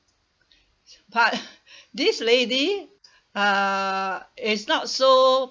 but this lady uh is not so